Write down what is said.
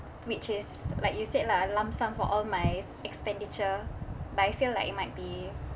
which is like you said lah lump sum for all my expenditure but I feel like it might be